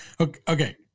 Okay